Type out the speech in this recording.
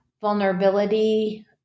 vulnerability